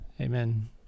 amen